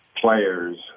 players